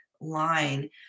line